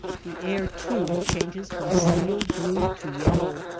the air, too, changes from steel-blue to yellow,